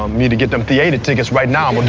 um me to get them thee-ater tickets right now. um and